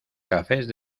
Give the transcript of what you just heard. cafés